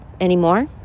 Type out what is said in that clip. anymore